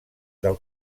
del